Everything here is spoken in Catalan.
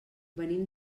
venim